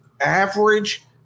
average